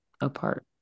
apart